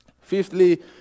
Fifthly